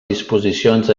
disposicions